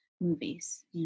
movies